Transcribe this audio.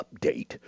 update